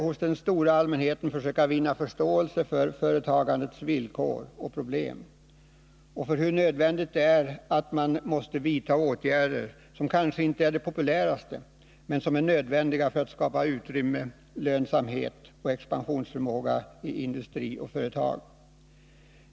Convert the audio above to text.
Hos den stora allmänheten måste vi vinna förståelse för företagandets villkor och problem och för hur nödvändigt det är att vidta även sådana åtgärder som kanske inte är de populäraste men som är nödvändiga för att skapa utrymme för lönsamhet och expansionsförmåga i industrier och företag.